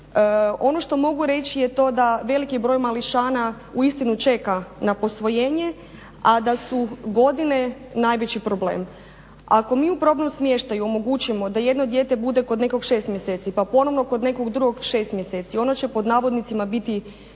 Ono što mogu reći je to da velik je broj mališana uistinu čeka na posvojenje, a da su godine najveći problem. Ako mi u probnom smještaju omogućimo da jedno dijete bude kod nekog 6 mjeseci, pa ponovno kod nekog drugog šest mjeseci ono će pod navodnicima biti